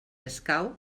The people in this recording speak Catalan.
escau